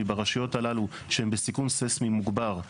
ברשויות הללו שהן בסיכון ססמי מוגבר,